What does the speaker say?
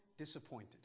Disappointed